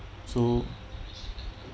so